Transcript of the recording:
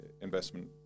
investment